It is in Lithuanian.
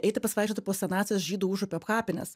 eiti pasivaikščioti po senąsias žydų užupio kapines